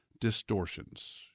distortions